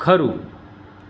ખરું